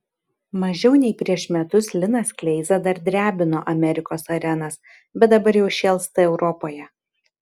mažiau nei prieš metus linas kleiza dar drebino amerikos arenas bet dabar jau šėlsta europoje